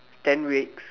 ten weeks